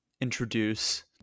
introduce